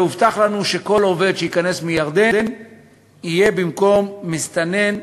הובטח לנו שכל עובד שייכנס מירדן יהיה במקום מסתנן,